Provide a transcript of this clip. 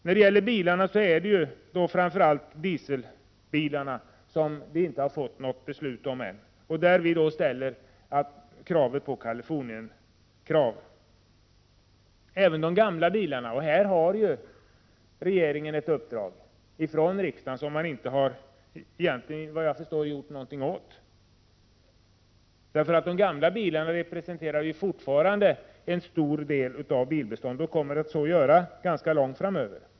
När det gäller bilarna är det framför allt beträffande dieselbilar som det ännu inte fattats något beslut. Där ställer vi samma krav som har ställts i Kalifornien. Detta gäller även de gamla bilarna, och här har regeringen ett uppdrag från riksdagen som regeringen, såvitt jag förstår, inte gjort någonting för att utföra. De gamla bilarna representerar fortfarande en stor del av bilbeståndet och kommer att så göra ganska lång tid framöver.